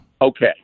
Okay